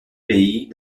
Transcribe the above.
pays